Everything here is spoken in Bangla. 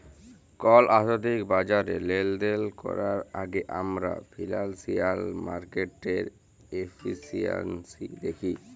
কল আথ্থিক বাজারে লেলদেল ক্যরার আগে আমরা ফিল্যালসিয়াল মার্কেটের এফিসিয়াল্সি দ্যাখি